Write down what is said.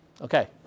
Okay